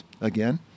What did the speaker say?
again